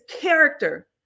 character